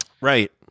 right